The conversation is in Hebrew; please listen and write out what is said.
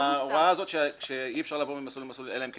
ההוראה הזאת שאי אפשר לעבור ממסלול למסלול אלא אם כן